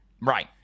Right